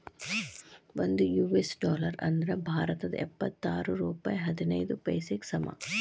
ಒಂದ್ US dollar ಅಂದ್ರ ಭಾರತದ್ ಎಪ್ಪತ್ತಾರ ರೂಪಾಯ್ ಹದಿನೈದ್ ಪೈಸೆಗೆ ಸಮ